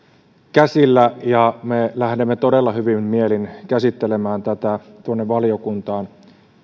käsillä ja me lähdemme todella hyvin mielin käsittelemään tätä valiokuntaan